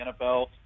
NFL